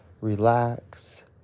relax